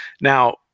Now